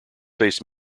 faced